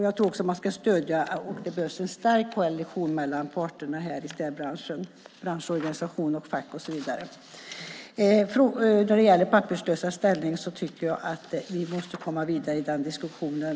Jag tror också att man ska stödja en stärkt koalition mellan parterna i städbranschen - branschorganisation, fack och så vidare. När det gäller de papperslösas ställning tycker jag att vi måste komma vidare i den diskussionen.